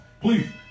Please